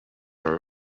are